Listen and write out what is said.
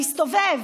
תסתובב.